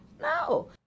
No